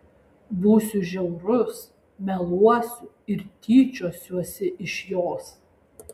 būsiu žiaurus meluosiu ir tyčiosiuosi iš jos